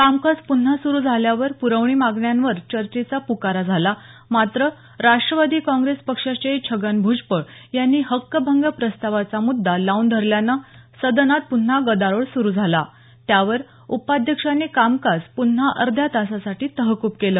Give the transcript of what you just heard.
कामकाज पुन्हा सुरू झाल्यावर पुरवणी मागण्यांवर चर्चेचा पुकारा झाला मात्र राष्ट्रवादी काँग्रेस पक्षाचे छगन भ्जबळ यांनी हक्कभंग प्रस्तावाचा मुद्दा लावून धरल्याने सदनात पुन्हा गदारोळ सुरू झाला त्यावर उपाध्यक्षांनी कामकाज पुन्हा अर्ध्या तासासाठी तहकूब केलं